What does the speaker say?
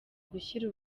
gushyira